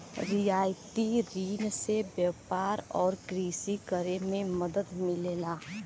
रियायती रिन से व्यापार आउर कृषि करे में मदद मिलला